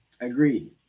Agreed